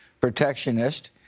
protectionist